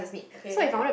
okay ya